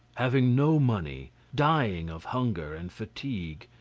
having no money, dying of hunger and fatigue,